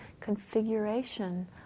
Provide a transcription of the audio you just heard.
configuration